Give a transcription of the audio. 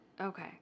Okay